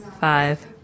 five